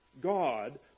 God